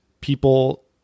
people